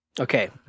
Okay